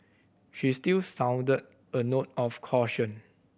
she still sounded a note of caution